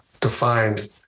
defined